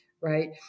right